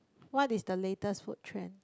what is the latest food trend